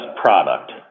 product